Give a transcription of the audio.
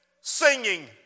singing